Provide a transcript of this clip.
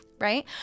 Right